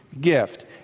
gift